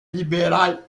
libéral